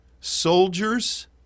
soldiers